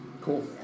Cool